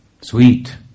sweet